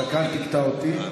רק אל תקטע אותי.